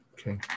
Okay